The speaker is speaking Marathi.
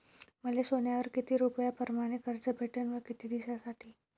मले सोन्यावर किती रुपया परमाने कर्ज भेटन व किती दिसासाठी?